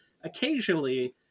occasionally